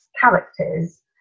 characters